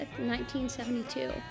1972